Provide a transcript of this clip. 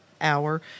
hour